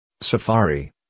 Safari